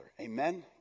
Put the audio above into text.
Amen